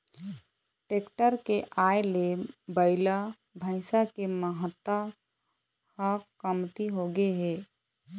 tractor के आए ले बइला, भइसा के महत्ता ह कमती होगे हे